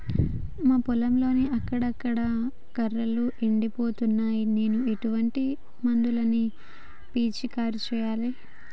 మా పొలంలో అక్కడక్కడ కర్రలు ఎండిపోతున్నాయి నేను ఎటువంటి మందులను పిచికారీ చెయ్యాలే?